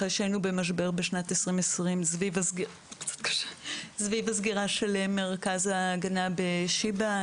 אחרי שהיינו במשבר בשנת 2020 סביב הסגירה של מרכז ההגנה בשיבא,